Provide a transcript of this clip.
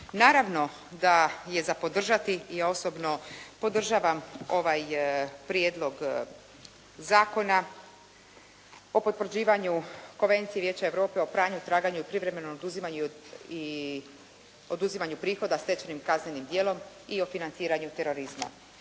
Naravno da je za podržati i ja osobno podržavam ovaj Prijedlog zakona o potvrđivanju Konvencije Vijeća Europe o pranju, traganju i privremenom oduzimanju prihoda stečenih kaznenim djelom i o financiranju terorizma.